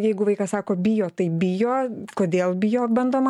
jeigu vaikas sako bijo taip bijo kodėl bijo bandoma